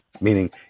meaning